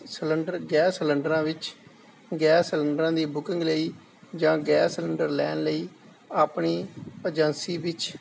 cylinder gas ਸਿਲੰਡਰਾਂ ਵਿੱਚ gas ਸਿਲਿੰਡਰਾਂ ਦੀ ਬੁਕਿੰਗ ਲਈ ਜਾਂ ਗੈਸ ਸਿਲੰਡਰ ਲੈਣ ਲਈ ਆਪਣੀ ਏਜੰਸੀ ਵਿੱਚ